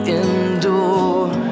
endure